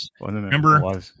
remember